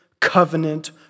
covenant